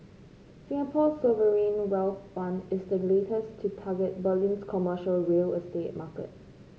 Singapore's sovereign wealth fund is the latest to target Berlin's commercial real estate market